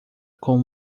com